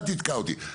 אל תתקע אותי.